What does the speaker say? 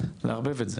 זה לערבב את זה.